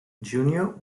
junior